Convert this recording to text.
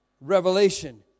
revelation